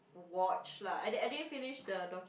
watch lah I didn't I didn't finish the docu~